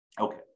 Okay